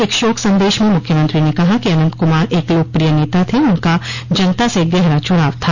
एक शोक सन्देश में मुख्यमंत्री ने कहा कि अनंत कुमार एक लोकप्रिय नेता थे उनका जनता से गहरा जुड़ाव था